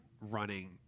running